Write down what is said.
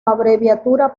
abreviatura